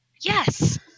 Yes